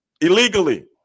illegally